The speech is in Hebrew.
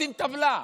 עושים טבלה: